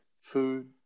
food